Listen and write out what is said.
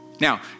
Now